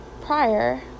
prior